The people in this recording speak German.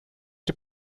die